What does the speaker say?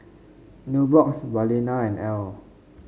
Nubox Balina and Elle